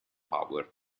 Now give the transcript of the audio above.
power